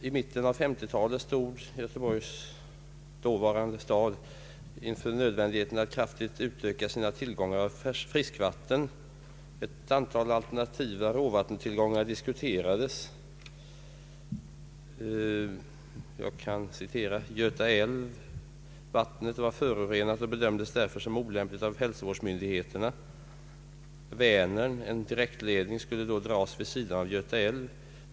I mitten av 1950-talet stod Göteborgs stad inför nödvändigheten att kraftigt öka sina tillgångar av friskvatten. Ett antal alternativa råvarutillgångar diskuterades. Jag kan referera: Göta älv: Vattnet var förorenat och bedömdes därför som olämpligt av hälsovårdsmyndigheterna. Vänern: En direktledning skulle då dras vid sidan om Göta älv.